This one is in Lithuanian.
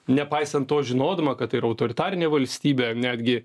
nepaisant to žinodama kad tai yra autoritarinė valstybė netgi